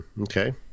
okay